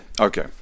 Okay